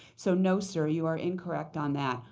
so no, sir. you are incorrect on that.